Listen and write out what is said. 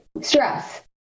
Stress